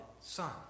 Son